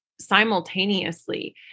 simultaneously